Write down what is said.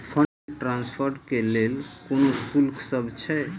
Fund transfer केँ लेल कोनो शुल्कसभ छै?